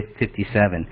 57